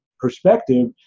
perspective